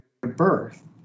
birth